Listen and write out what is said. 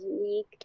unique